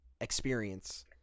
experience